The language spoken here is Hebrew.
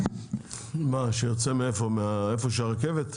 שיוצא מאיפה שהרכבת?